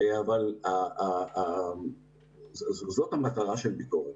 אבל זאת המטרה של ביקורת.